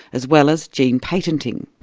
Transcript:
as well as gene patenting.